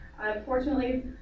Unfortunately